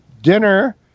dinner